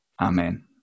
Amen